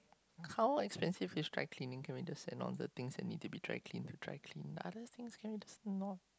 how expensive is dry cleaning to either set on the things that need to be dry clean to dry clean